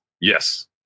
Yes